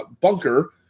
Bunker